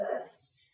first